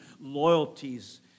loyalties